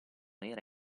era